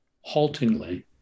haltingly